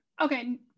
Okay